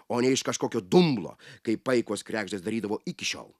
o ne iš kažkokio dumblo kaip paikos kregždės darydavo iki šiol